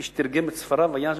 מי שתרגם את ספריו היה ז'בוטינסקי.